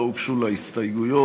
לא הוגשו לה הסתייגויות,